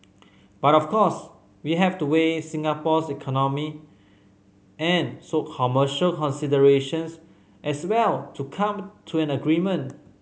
but of course we have to weigh Singapore's economic and show commercial considerations as well to come to an agreement